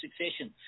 succession